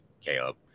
Caleb